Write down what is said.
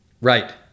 Right